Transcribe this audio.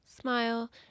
Smile